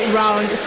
round